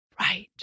Right